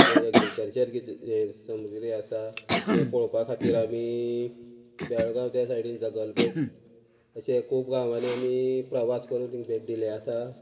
जे agriculture कित् सामुग्री आसा हे पळोवपा खातीर आमी बेळगांव त्या सायडीन जगलबेट अशें खूब गांवांनी आमी प्रवास करून तेंकां भेट दिल्ले आसा